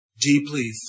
Deeply